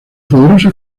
poderosa